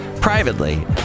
Privately